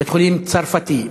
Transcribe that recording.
בית-חולים צרפתי.